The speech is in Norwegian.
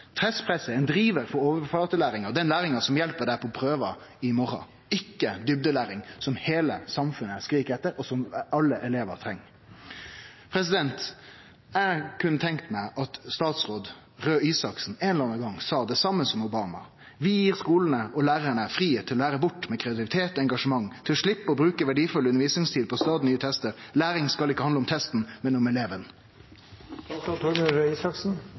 Testpresset er ein drivar for overflatelæringa, den læringa som hjelper deg på prøva i morgon – ikkje den læringa som går i djupna, som heile samfunnet skrik etter, og som alle elevar treng. Eg kunne tenkt meg at statsråd Røe Isaksen ein eller annan gong sa det same som Obama: Vi gjev skolane og lærarane fridom til å lære bort med kreativitet og engasjement, til å sleppe å bruke verdifull undervisningstid på stadig nye testar. Læring skal ikkje handle om testen,